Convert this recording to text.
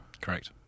Correct